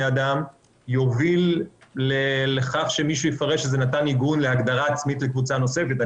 האדם יוביל לכך שמישהו יפרש איזשהו מתן עיגון להגדרה עצמית לקבוצה נוספת.